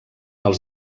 els